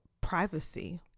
privacy